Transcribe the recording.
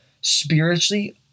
spiritually